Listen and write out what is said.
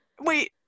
wait